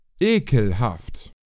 Ekelhaft